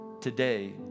Today